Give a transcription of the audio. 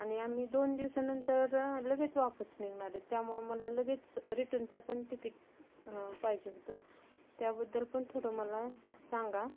आणि आम्ही दोन दिवसानंतर लगेच वापस निघणार आहे त्यामुळे मला लगेच रिटर्नचा पण तिकीट पाहिजे होतं त्याबद्दल पण थोडं मला सांगा